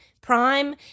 Prime